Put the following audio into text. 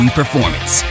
performance